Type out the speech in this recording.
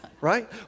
Right